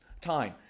time